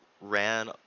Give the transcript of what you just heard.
ran